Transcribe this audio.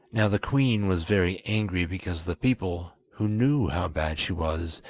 now the queen was very angry because the people, who knew how bad she was,